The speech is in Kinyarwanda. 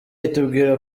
itubwira